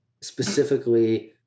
specifically